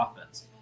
offense